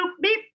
beep